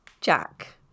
Jack